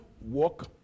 work